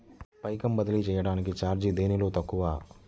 పైకం బదిలీ చెయ్యటానికి చార్జీ దేనిలో తక్కువ?